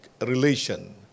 relation